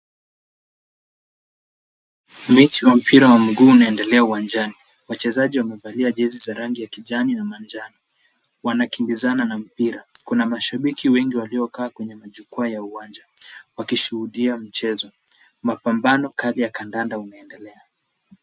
Mechi wa mpira wa mguu unaendelea uwanjani , wachezaji wamevalia jezi za kijani na manjano wanakimbizana na mpira ,kuna mashabiki wengi waliokaa kwenye majukwaa ya uwanja, wakishuhudia mchezo, mapambono kali ya kandanda unaendelea .